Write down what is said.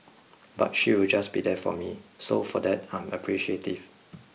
but she'll just be there for me so for that I'm appreciative